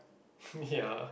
ya